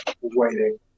waiting